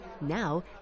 now